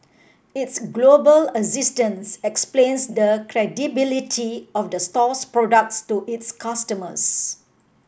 its global existence explains the credibility of the store's products to its customers